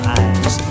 eyes